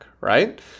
right